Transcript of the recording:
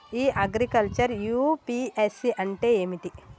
ఇ agriculture UPSC అంటే ఏమిటి?